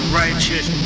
righteous